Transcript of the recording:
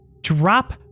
drop